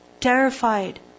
terrified